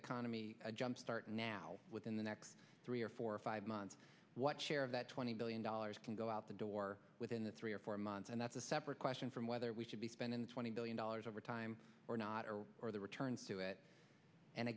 economy jump start and now within the next three or four or five months what share of that twenty billion dollars can go out the door within the three or four months and that's a separate question from whether we should be spending twenty billion dollars over time or not or the returns to it and